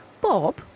Bob